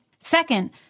Second